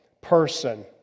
person